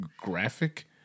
graphic